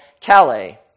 Calais